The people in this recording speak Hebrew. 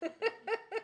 שמונה.